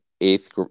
eighth